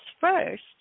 first